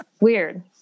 weird